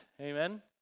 Amen